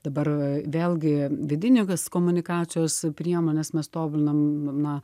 dabar vėlgi vidines komunikacijos priemones mes tobulinam na